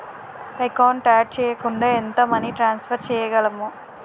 Account add చేయకుండా ఎంత money transfer చేయగలము?